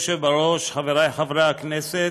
אדוני היושב-ראש, חברי חברי הכנסת,